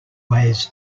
ways